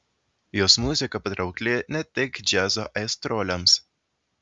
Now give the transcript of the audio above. jos muzika patraukli ne tik džiazo aistruoliams